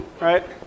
right